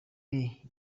lee